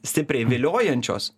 stipriai viliojančios